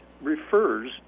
refers